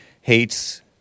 hates